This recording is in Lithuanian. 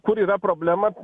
kur yra problema